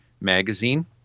magazine